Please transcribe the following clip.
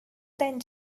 than